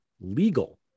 legal